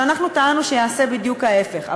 שאנחנו טענו שיעשה בדיוק ההפך,